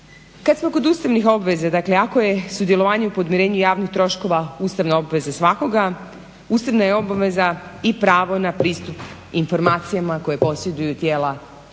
Kad smo kod ustavnih obveza, dakle ako je sudjelovanje u podmirenju javnih troškova ustavna obveza svakoga ustavna je obveza i pravo na pristup informacijama koje posjeduju tijela